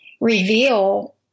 reveal